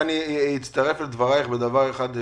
אני אצטרף לדברייך בדבר אחד.